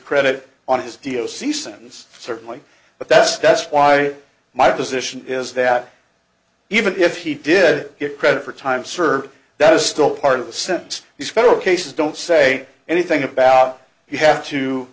credit on his deal c sentence certainly but that's that's why my position is that even if he did get credit for time served that is still part of the sent these federal cases don't say anything about you have